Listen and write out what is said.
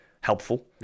helpful